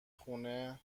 خونه